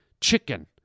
chicken